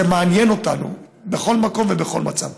זה מעניין אותנו בכל מקום ובכל מצב,